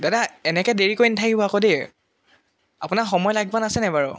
দাদা এনেকৈ দেৰি কৰি নেথাকিব আকৌ দেই আপোনাৰ সময় লাগবান আছে নাই বাৰু